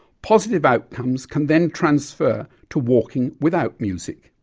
positive outcomes can then transfer to walking without music.